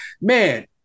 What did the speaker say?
Man